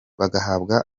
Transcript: bagahabwa